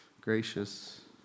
gracious